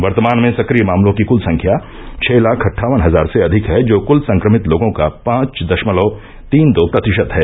वर्तमान में सक्रिय मामलों की क्ल संख्या छह लाख अट्ठावन हजार से अधिक है जो क्ल संकमित लोगों का पांच दशमलव तीन दो प्रतिशत है